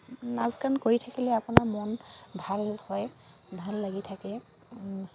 নাচ গান কৰি থাকিলে আপোনাৰ মন ভাল হয় ভাল লাগি থাকে